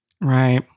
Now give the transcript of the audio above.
Right